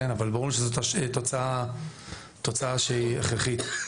אבל ברור לנו שזו הייתה תוצאה שהיא הכרחית.